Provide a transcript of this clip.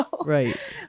right